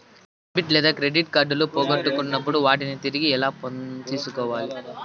debit లేదా credit కార్డులు పోగొట్టుకున్నప్పుడు వాటిని తిరిగి ఎలా తీసుకోవాలి